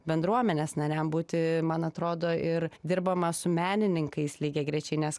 bendruomenės nariam būti man atrodo ir dirbama su menininkais lygiagrečiai nes